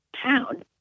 town